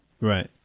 Right